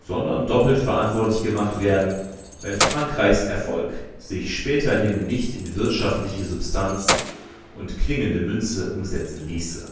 sondern doppelt verantwortlich gemacht werden wenn frankreichs erfolg sich späterhin nicht in wirtschaftliche substanz und klingende münze umsetzen ließe